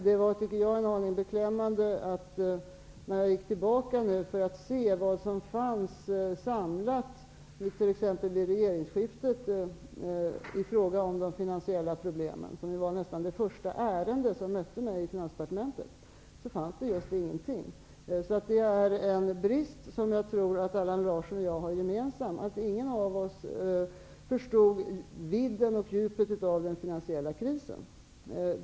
Jag gick tillbaka för att se vilket material som fanns samlat vid t.ex. regeringsskiftet om de finansiella problemen. Det var nästan det första ärende som mötte mig i Finansdepartementet. Det var en aning beklämmande att upptäcka att det just inte fanns någonting. Det är en brist som jag tror att Allan Larsson och jag har gemensamt. Ingen av oss förstod vidden och djupet av den finansiella krisen.